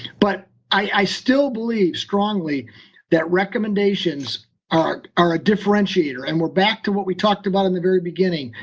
but i still believe strongly that recommendations are are a differentiator, and we're back to what we talked about in the very beginning.